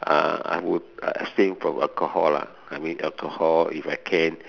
uh I would uh abstain from alcohol lah I mean alcohol if I can